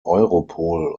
europol